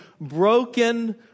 Broken